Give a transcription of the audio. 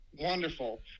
wonderful